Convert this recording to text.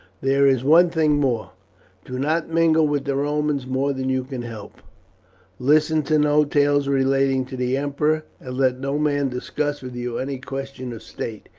there is one thing more do not mingle with the romans more than you can help listen to no tales relating to the emperor, and let no man discuss with you any question of state.